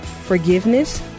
forgiveness